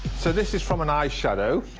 so, this is from an eyeshadow,